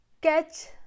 catch